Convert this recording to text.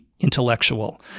intellectual